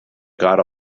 gerade